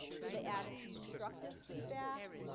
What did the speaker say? do they add constructive feedback?